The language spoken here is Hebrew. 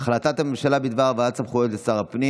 הודעת הממשלה בדבר העברת סמכויות לשר הפנים.